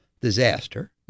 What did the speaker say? disaster